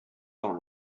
dans